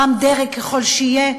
רם דרג ככל שיהיה,